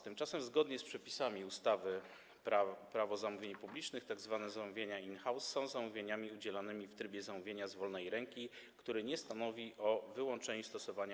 Tymczasem zgodnie z przepisami ustawy Prawo zamówień publicznych tzw. zamówienia in-house są zamówieniami udzielanymi w trybie zamówienia z wolnej ręki, który nie stanowi o wyłączeniu stosowania